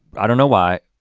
i don't know why.